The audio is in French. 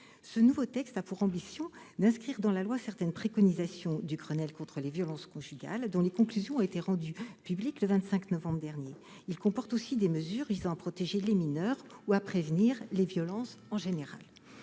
Ce nouveau texte a pour ambition d'inscrire dans la loi certaines préconisations du Grenelle contre les violences conjugales, dont les conclusions ont été rendues publiques le 25 novembre dernier. Il comporte aussi des mesures visant à protéger les mineurs ou à prévenir les violences en général.